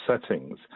settings